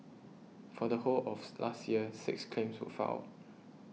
for the whole of last year six claims were filed